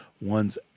ones